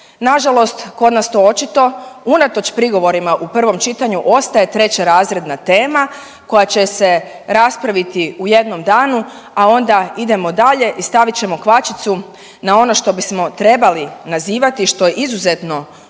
Nažalost, to kod nas očito unatoč prigovorima u prvom čitanju ostaje trećerazredna tema koja će se raspraviti u jednom danu, a onda idemo dalje i stavit ćemo kvačicu na ono što bismo trebali nazivati što je izuzetno ozbiljan